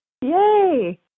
Yay